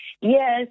yes